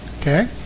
Okay